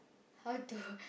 how to